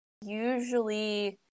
usually